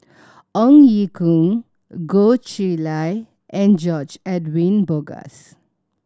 Ong Ye Kung Goh Chiew Lye and George Edwin Bogaars